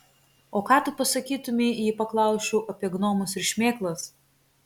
o ką tu pasakytumei jei paklausčiau apie gnomus ir šmėklas